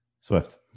Swift